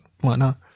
whatnot